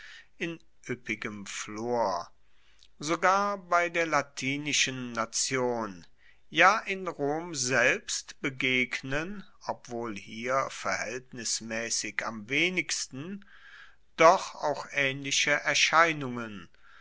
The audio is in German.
in ueppigem flor sogar bei der latinischen nation ja in rom selbst begegnen obwohl hier verhaeltnismaessig am wenigsten doch auch aehnliche erscheinungen